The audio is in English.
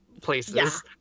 places